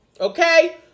okay